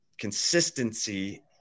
consistency